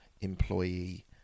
employee